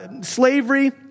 slavery